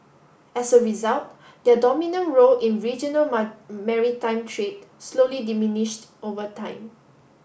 as a result their dominant role in regional maritime trade slowly diminished over time